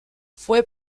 fue